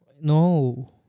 No